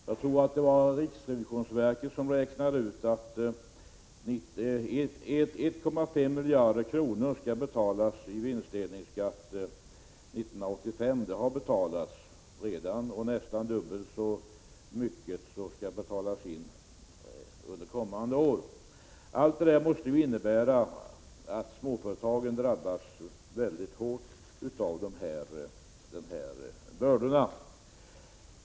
Jag tror att det var riksrevisionsverket som räknade ut att 1,5 miljarder kronor skall betalas i vinstdelningsskatt 1985 — nästan dubbelt så mycket som betalades in för verksamhetsåret 1984. Allt detta måste innebära att småföretagen drabbas väldigt hårt av dessa bördor.